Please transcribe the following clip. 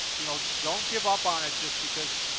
you know don't give up on it just because,